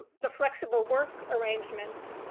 the flexible work arrangement,